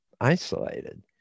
isolated